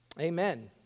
Amen